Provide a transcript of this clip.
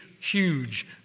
Huge